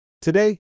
Today